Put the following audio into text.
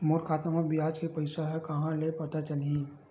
मोर खाता म ब्याज के पईसा ह कहां ले पता चलही?